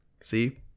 See